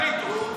אז דבר איתו.